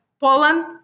Poland